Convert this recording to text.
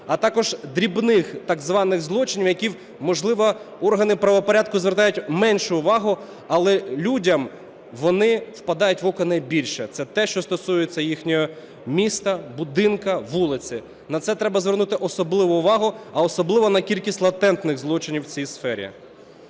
а також дрібних так званих злочинів, на які, можливо, органи правопорядку звертають меншу увагу, але людям вони впадають в око найбільше. Це те, що стосується їхнього міста, будинку, вулиці. На це треба звернути особливу увагу, а особливо на кількість латентних злочинів в цій сфері.